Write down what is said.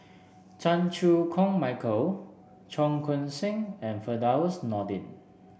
Chan Chew Koon Michael Cheong Koon Seng and Firdaus Nordin